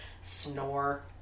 snore